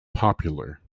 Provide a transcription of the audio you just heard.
popular